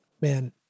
man